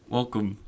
Welcome